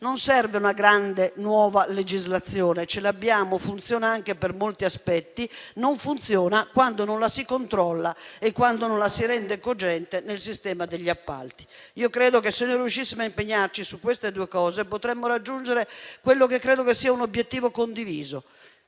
Non serve una grande, nuova legislazione. Ce l'abbiamo e, per molti aspetti, funziona anche. Non funziona quando non la si controlla e quando non la si rende cogente nel sistema degli appalti. Io credo che se riuscissimo a impegnarci su queste due cose potremmo raggiungere quello che credo che sia un obiettivo condiviso,